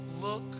Look